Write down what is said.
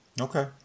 Okay